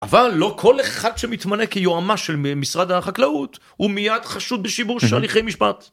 אבל לא כל אחד שמתמנה כיועמ"ש של משרד החקלאות הוא מייד חשוד בשיבוש הליכי משפט.